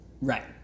Right